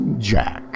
Jack